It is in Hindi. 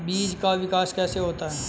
बीज का विकास कैसे होता है?